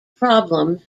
problems